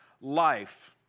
life